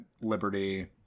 liberty